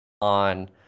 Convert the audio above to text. on